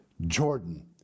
Jordan